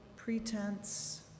pretense